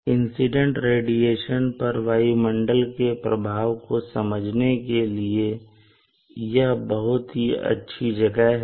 incident irradiation पर वायुमंडल के प्रभाव को समझने के लिए यह बहुत अच्छी जगह है